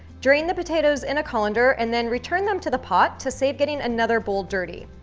drain the potatoes in a colander and then return them to the pot to save getting another bowl dirty.